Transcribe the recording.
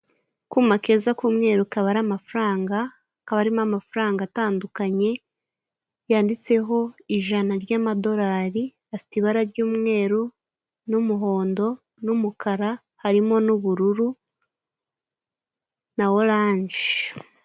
Akuma keza k'umweru kaba ari amafaranga kaba arimo amafaranga atandukanye yanditseho ijana ry'amadorari afite ibara ry'umweru n'umuhondo n'umukara harimo n'ubururu na oranje.